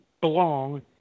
belong